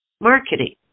marketing